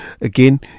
again